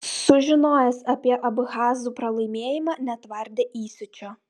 sužinojęs apie abchazų pralaimėjimą netvardė įsiūčio